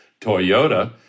Toyota